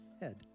head